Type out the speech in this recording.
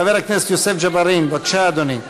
חבר הכנסת יוסף ג'בארין, בבקשה, אדוני.